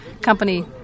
company